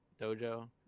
Dojo